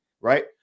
Right